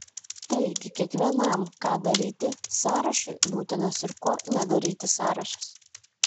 taigi kiekvienam ką daryti sąrašui būtinas ir ko nedaryti sąrašas